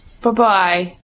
Bye-bye